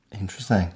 Interesting